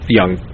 young